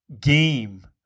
game